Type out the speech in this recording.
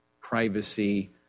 privacy